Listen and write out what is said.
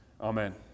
Amen